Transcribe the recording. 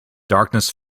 darkness